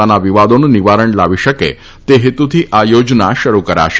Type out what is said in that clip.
પોતાના વિવાદોનું નિવારણ લાવી શકે તે હેતુથી આ ચોજના શરૂ કરાશે